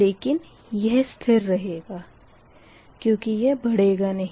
लेकिन यह स्थिर रहेगा क्यूँकि यह बढ़ेगा नही